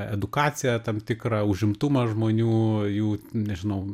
edukaciją tam tikrą užimtumą žmonių jų nežinau